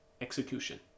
execution